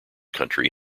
country